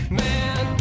man